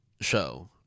show